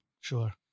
Sure